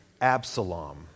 Absalom